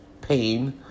pain